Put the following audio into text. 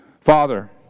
Father